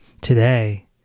today